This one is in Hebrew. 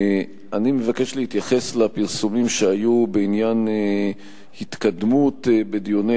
אני מבקש להתייחס לפרסומים שהיו בעניין התקדמות בדיוני